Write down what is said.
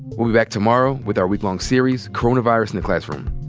we'll be back tomorrow with our week-long series, coronavirus in the classroom